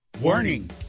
Warning